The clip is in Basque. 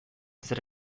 zer